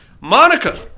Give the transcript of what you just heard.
Monica